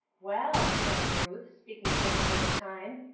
well, said ruth, speaking for the first time,